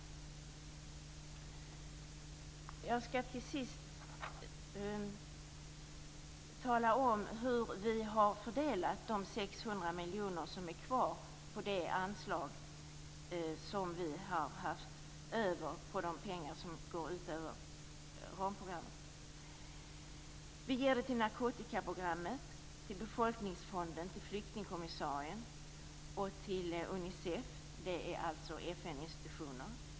Jag skall till sist tala om hur vi har fördelat de 600 miljoner som är kvar av det anslag som går utöver ramprogrammet. Vi ger till narkotikaprogrammet, befolkningsfonden, flyktingkommissarien och Unicef - alltså till FN-institutioner.